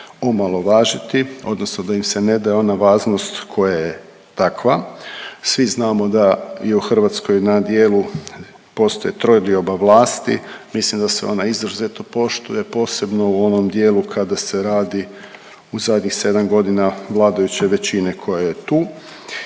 omalovažiti, odnosno da im se ne daje ona vaznost koja je takva. Svi znamo da je u Hrvatskoj na dijelu postoji trodioba vlasti, mislim da se ona izuzetno poštuje, posebno u onom dijelu kada se radi u zadnjih 7 godina vladajuće većine koja je tu